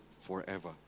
forever